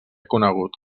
conegut